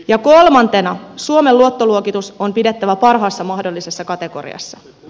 ja kolmantena suomen luottoluokitus on pidettävä parhaassa mahdollisessa kategoriassa